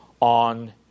on